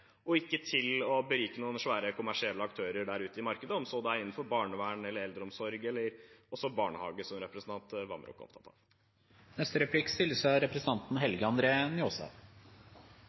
og ikke til å berike noen svære kommersielle aktører der ute i markedet, om det så er innenfor barnevern, eldreomsorg eller barnehage, som representanten Vamraak er opptatt